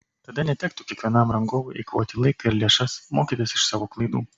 tada netektų kiekvienam rangovui eikvoti laiką ir lėšas mokytis iš savo klaidų